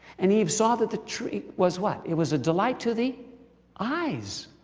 and eve saw that the tree was, what. it was a delight to the eyes